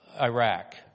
Iraq